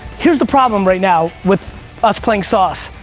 here's the problem right now with us playing sauce.